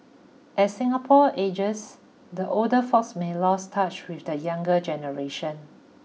as Singapore ages the older folk may lose touch with the younger generation